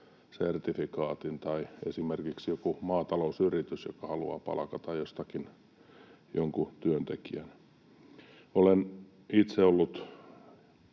sertifikaatin, tai esimerkiksi joku maatalousyritys, joka haluaa palkata jostakin jonkun työntekijän. Olen itse ollut